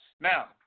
Now